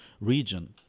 region